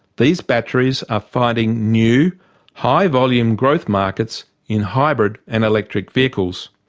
these batteries are finding new high volume growth markets in hybrid and electric vehicles.